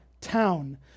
town